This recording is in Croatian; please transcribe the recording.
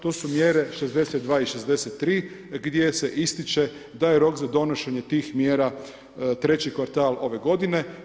To su mjere 62. i 63. gdje se ističe da je rok za donošenje tih mjera treći kvaratl ove godine.